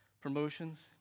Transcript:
promotions